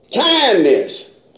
Kindness